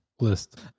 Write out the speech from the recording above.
list